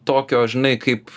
tokio žinai kaip